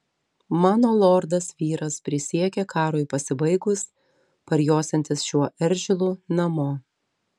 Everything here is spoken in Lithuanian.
mano lordas vyras prisiekė karui pasibaigus parjosiantis šiuo eržilu namo